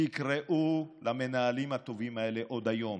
תקראו למנהלים הטובים האלה עוד היום.